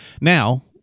Now